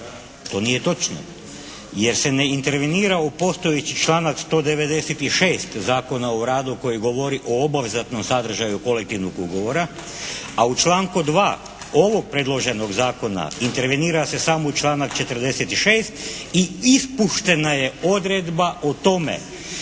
To nije točno jer se ne intervenira u postojeći članak 196. Zakona o radu koji govori o obvezatnom sadržaju kolektivnog ugovora, a u članku 2. ovog predloženog zakona intervenira se samo u članak 46. i ispuštena je odredba o tome